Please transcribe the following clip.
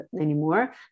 anymore